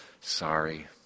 Sorry